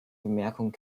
bemerkung